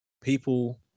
people